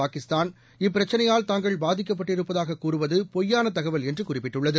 பா க ி ஸ் த ா ன ் வரு ம இப்பிரச் சினையா ல் த ாங் கள் பாதிக்கப்பட்டிருப்பதாக்கூறுவது பொய்யான த கவல் என்று குறி ப்பிட்டுள்ளது